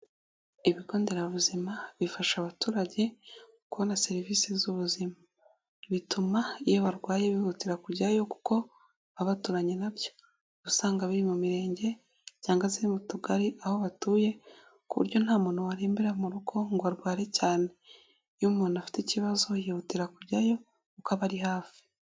Ibigo Nderabuzima bifasha abaturage kubona serivisi z'ubuzima. Bituma iyo barwaye bihutira kujyayo kuko baba baturanye na byo. Uba usanga biri mu mirenge cyangwa se mu tugari aho batuye, ku buryo nta muntu warembera mu rugo ngo arware cyane. Iyo umuntu afite ikibazo yihutira kujyayo kuko aba ari hafi.